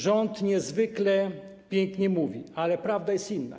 Rząd niezwykle pięknie mówi, ale prawda jest inna.